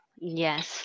Yes